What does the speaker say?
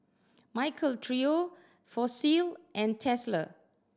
Michael Trio Fossil and Tesla